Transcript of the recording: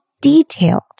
detailed